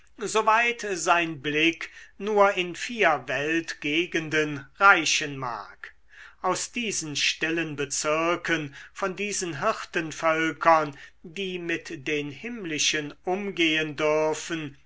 weit sein blick nur in vier weltgegenden reichen mag aus diesen stillen bezirken von diesen hirtenvölkern die mit den himmlischen umgehen dürfen